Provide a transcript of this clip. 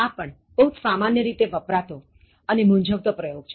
આ પણ બહુ સામાન્ય રીતે વપરાતો મૂંઝ્વતો પ્રયોગ છે